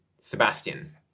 Sebastian